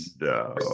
No